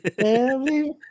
family